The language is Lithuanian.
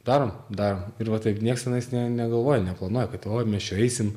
darom darom ir va taip nieks ne negalvoja neplanuoja kad oi mes čia eisim